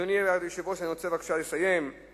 אדוני היושב-ראש, אני רוצה לסיים ולומר